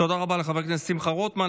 תודה רבה לחבר הכנסת שמחה רוטמן.